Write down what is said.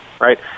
right